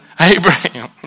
Abraham